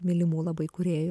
mylimų labai kūrėjų